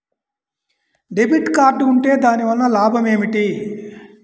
Debit card ఉంటే దాని వలన లాభం ఏమిటీ?